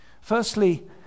Firstly